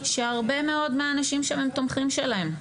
שהרבה מאוד מהאנשים שם הם תומכים שלהם,